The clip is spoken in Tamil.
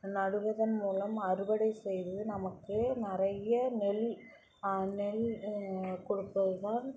நடுவதன் மூலம் அறுவடை செய்து நமக்கு நிறைய நெல் நெல் கொடுப்பதுதான்